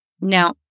Now